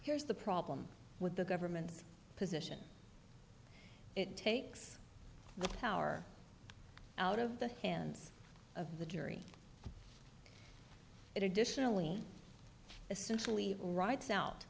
here's the problem with the government position it takes power out of the hands of the jury it additionally essentially writes out